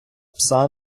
пса